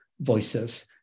voices